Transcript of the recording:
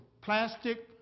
plastic